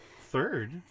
Third